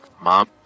Mom